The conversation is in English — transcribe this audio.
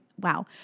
wow